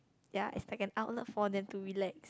ya it's like an outlet for them to relax